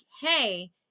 hey